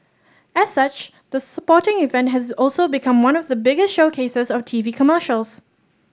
as such the sporting event has also become one of the biggest showcases of TV commercials